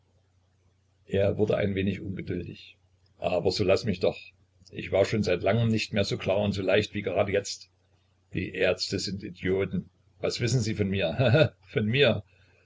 er wurde ein wenig ungeduldig aber so laß mich doch ich war schon seit langem nicht so klar und so leicht wie gerade jetzt die ärzte sind idioten was wissen sie von mir he he von mir